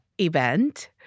event